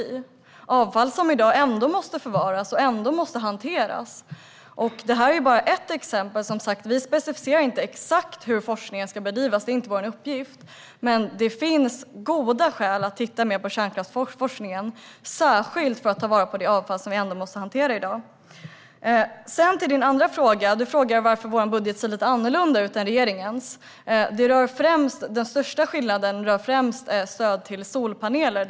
Det är avfall som i dag ändå måste förvaras och hanteras. Det är bara ett exempel. Vi specificerar som sagt inte exakt hur forskningen ska bedrivas. Det är inte vår uppgift. Men det finns goda skäl att titta mer på kärnkraftsforskningen, särskilt på att ta vara på det avfall som vi ändå måste hantera i dag. Lise Nordin frågar också varför vår budget ser lite annorlunda ut än regeringens. Den största skillnaden har främst med stöd till solpaneler att göra.